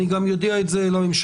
אני גם אודיע את זה לממשלה.